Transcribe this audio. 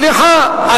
סליחה,